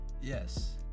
yes